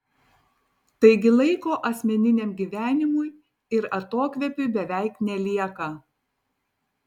taigi laiko asmeniniam gyvenimui ir atokvėpiui beveik nelieka